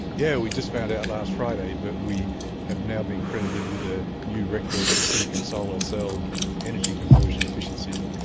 yeah we just found out last friday that but we have now been credited with a new record for silicon solar cell energy conversion efficiency.